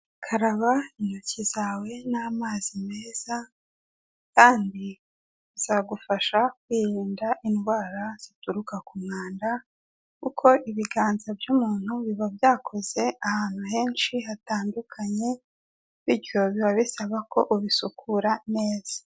Karaba intoki zawe n'amazi meza kandi bizagufasha kwirinda indwara zituruka ku mwanda kuko ibiganza by'umuntu biba byakoze ahantu henshi hatandukanye, bityo biba bisaba ko ubisukura neza.